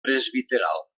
presbiteral